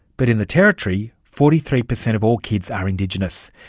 but in the territory, forty three per cent of all kids are indigenous.